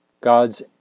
God's